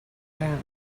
down